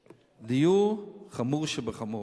דיור, חמור שבחמור.